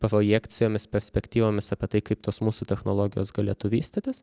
projekcijomis perspektyvomis apie tai kaip tos mūsų technologijos galėtų vystytis